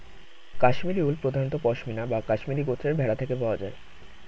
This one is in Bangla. কাশ্মীরি উল প্রধানত পশমিনা বা কাশ্মীরি গোত্রের ভেড়া থেকে পাওয়া যায়